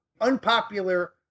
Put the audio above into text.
unpopular